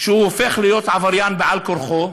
שהוא הופך להיות עבריין על-כורחו.